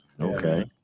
Okay